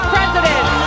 President